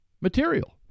material